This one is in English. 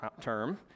term